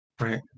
right